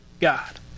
God